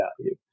value